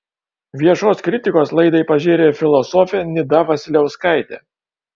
viešos kritikos laidai pažėrė ir filosofė nida vasiliauskaitė